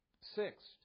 Sixth